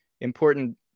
important